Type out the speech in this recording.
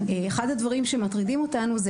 אחד הדברים שמטרידים אותנו זה